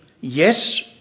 yes